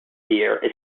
deer